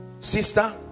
Sister